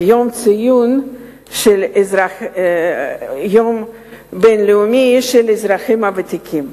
ציון היום הבין-לאומי של האזרחים הוותיקים.